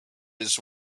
his